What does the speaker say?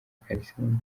kalisimbi